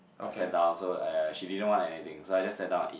I sat down so uh yeah she didn't want anything so I just sat down and eat